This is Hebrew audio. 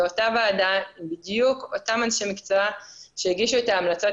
אותה ועדה עם בדיוק אותם אנשי מקצוע שהגישו את ההמלצות